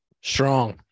Strong